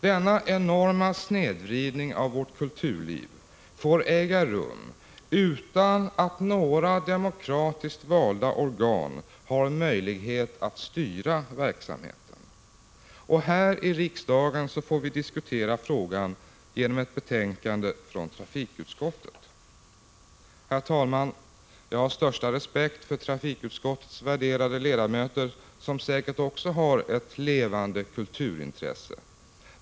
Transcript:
Denna enorma snedvridning av vårt kulturliv får äga rum utan att några demokratiskt valda organ har möjlighet att styra verksamheten. Och här i riksdagen får vi diskutera frågan genom ett betänkande från trafikutskottet. Herr talman! Jag har största respekt för trafikutskottets värderade ledamöter som säkert också har ett levande kulturintresse.